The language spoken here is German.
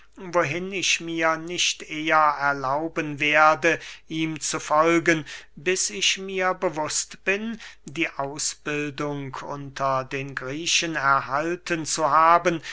wohin ich mir nicht eher erlauben werde ihm zu folgen bis ich mir bewußt bin die ausbildung unter den griechen erhalten zu haben